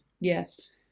Yes